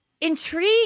Intrigue